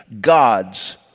God's